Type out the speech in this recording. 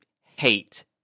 hate